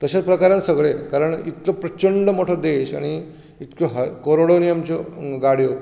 तशें प्रकारान सगळें कारण इतलों प्रचंड मोठो देश आनी इतक्यो करोडांनी आमच्यो गाड्यो